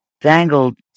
dangled